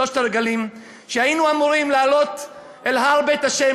שלושת הרגלים שהיינו אמורים לעלות אל הר בית ה',